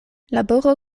laboro